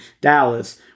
Dallas